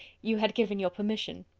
you had given your permission.